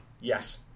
Yes